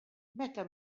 meta